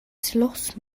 slåss